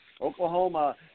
Oklahoma